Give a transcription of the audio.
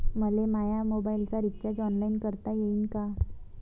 मले माया मोबाईलचा रिचार्ज ऑनलाईन करता येईन का?